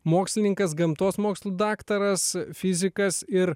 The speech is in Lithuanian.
mokslininkas gamtos mokslų daktaras fizikas ir